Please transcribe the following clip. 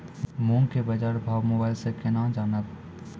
मूंग के बाजार भाव मोबाइल से के ना जान ब?